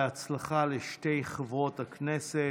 בהצלחה לשתי חברות הכנסת.